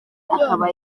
akaba